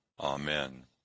amen